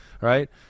right